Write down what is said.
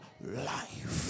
life